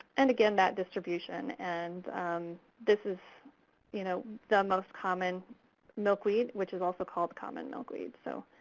and again, that distribution. and this is you know the most common milkweed, which is also called common milkweed. so